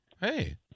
Hey